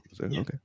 Okay